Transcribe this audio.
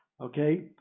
Okay